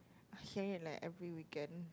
I hear it like every weekend